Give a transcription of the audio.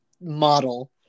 model